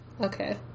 Okay